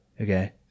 okay